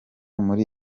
muri